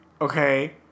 okay